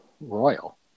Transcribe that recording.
royal